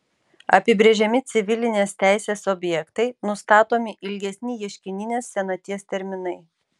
apibrėžiami civilinės teisės objektai nustatomi ilgesni ieškininės senaties terminai